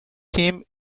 team